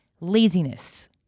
laziness